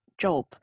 job